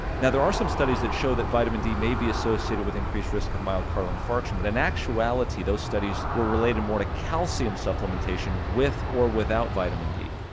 now there are some studies that show that vitamin d may be associated with increased risk of myocardial infarction, but in actuality those studies were related more to calcium supplementation with or without vitamin d,